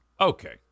Okay